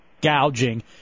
gouging